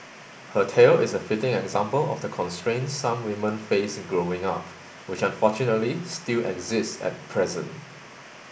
her tale is a fitting example of the constraints some women face growing up which unfortunately still exist at present